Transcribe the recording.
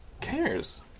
cares